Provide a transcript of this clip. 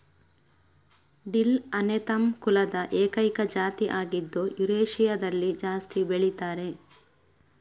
dill Anethum ಕುಲದ ಏಕೈಕ ಜಾತಿ ಆಗಿದ್ದು ಯುರೇಷಿಯಾದಲ್ಲಿ ಜಾಸ್ತಿ ಬೆಳೀತಾರೆ